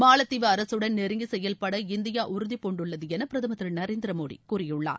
மாலத்தீவு அரசுடன் நெருங்கி செயல்பட இந்தியா உறுதி பூண்டுள்ளது என பிரதம் திரு நரேந்திர மோடி கூறியுள்ளார்